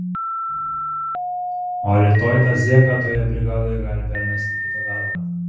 o rytoj tą zeką toje brigadoje gali permesti į kitą darbą